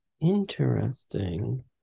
interesting